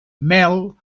mel